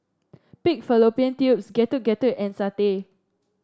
Pig Fallopian Tubes Getuk Getuk and satay